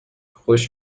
خوش